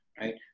Right